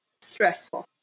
stressful